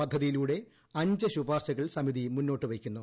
പദ്ധതിയിലൂടെ അഞ്ച് ശുപാർശകൾ സമിതി മൂന്നോട്ടു വയ്ക്കുന്നു